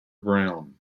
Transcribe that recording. brown